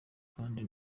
kdi